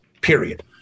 period